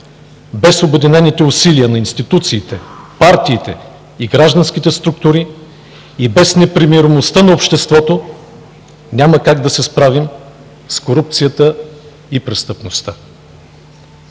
Без обединените усилия на институциите, партиите и гражданските структури и без непримиримостта на обществото няма как да се справим с корупцията и престъпността.